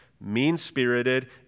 mean-spirited